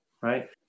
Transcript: right